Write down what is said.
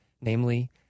namely